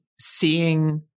seeing